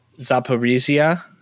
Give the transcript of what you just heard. Zaporizhia